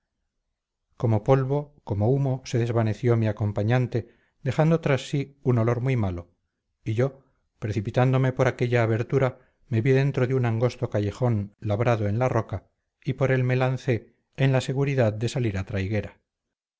como polvo como humo se desvaneció mi acompañante dejando tras sí un olor muy malo y yo precipitándome por aquella abertura me vi dentro de un angosto callejón labrado en la roca y por él me lancé en la seguridad de salir a traiguera